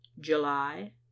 july